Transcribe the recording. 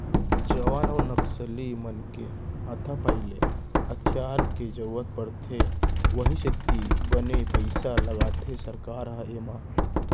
जवान अउ नक्सली मन के हाथापाई ले हथियार के जरुरत पड़थे उहीं सेती बने पइसा लगाथे सरकार ह एमा